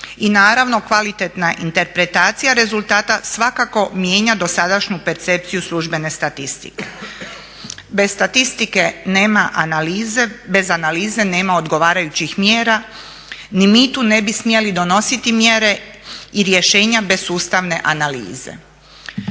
i naravno kvalitetna interpretacija rezultata svakako mijenja dosadašnju percepciju službene statistike. Bez statistike nema analize, bez analize nema odgovarajućih mjera. Ni mi tu ne bi smjeli donositi mjere i rješenja bez sustavne analize.